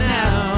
now